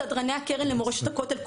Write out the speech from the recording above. סדרני הקרן למורשת הכותל,